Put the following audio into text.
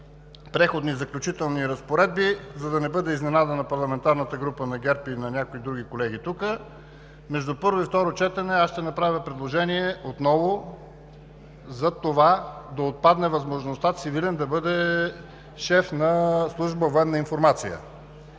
Преходни и заключителни разпоредби, за да не бъде изненадана парламентарната група на ГЕРБ и някои други колеги тук. Между първо и второ четене аз ще направя отново предложение за това да отпадне възможността цивилен да бъде шеф на служба „Военна информация“.